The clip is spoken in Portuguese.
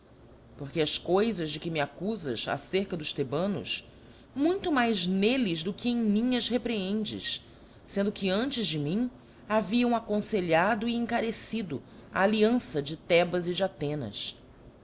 porque as coifas de que me accufas acerca dos thebanos muito mais nelles do que em mim as reprehendes fendo que antes de mim haviam aconfelhado e encarecido a alliança de thebas e de athenas